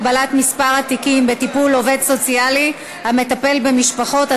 הגבלת מספר התיקים בטיפול עובד סוציאלי המטפל במשפחות),